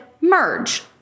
merge